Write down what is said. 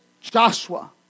Joshua